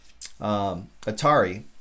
Atari